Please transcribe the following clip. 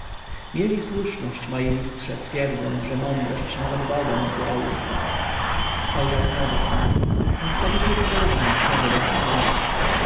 mieli słuszność moi mistrze twierdząc że mądrość nawet bogom otwiera usta spojrzał znowu w kąt postać okryta welonem znowu westchnęła